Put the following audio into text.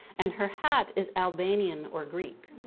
and her hat is albanian or greek.